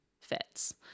fits